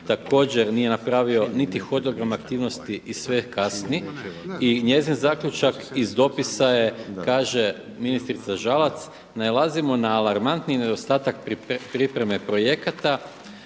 također nije napravio niti hodogram aktivnosti i sve kasni. I njezin zaključak iz dopisa je kaže ministrica Žalac, nailazimo na alarmantni nedostatak pripreme projekata,